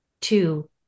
Two